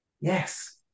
Yes